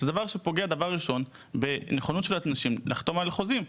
זה דבר שפוגע בנכונות של אנשים לחתום על חוזים.